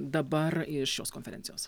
dabar iš šios konferencijos